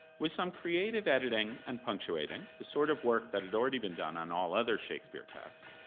with some creative editing and punctuating, the sort of work that had already been done on all other shakespeare texts,